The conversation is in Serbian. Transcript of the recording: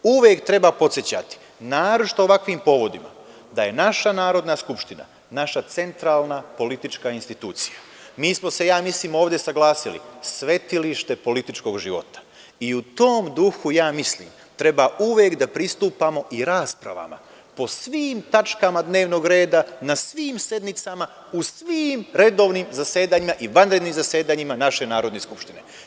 Uvek treba podsećati, naročito ovakvim povodima, da je naša Narodna skupština, naša centralna politička institucija, mi smo se, ja mislim, ovde saglasili, svetilište političkog života i u tom duhu, ja mislim, treba uvek da pristupamo i raspravama po svim tačkama dnevnog reda na svim sednicama u svim redovnim zasedanjima i vanrednim zasedanjima naše Narodne skupštine.